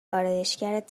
آرایشگرت